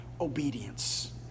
obedience